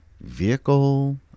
vehicle